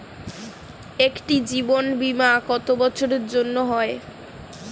একটি জীবন বীমা কত বছরের জন্য করতে হয়?